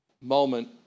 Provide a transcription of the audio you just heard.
moment